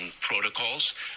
protocols